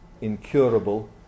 incurable